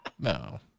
No